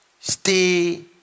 stay